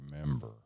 remember